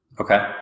Okay